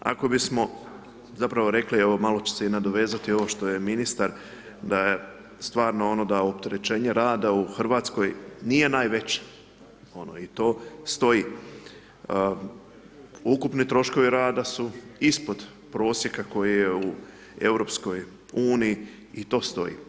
Ako bismo zapravo rekli evo malo ću se i nadovezati ovo što je ministar, da je stvarno da opterećenje rada u Hrvatskoj nije najveće i to stoji, ukupni troškovi rada su ispod prosjeka koji je u EU-u i to stoji.